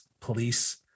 police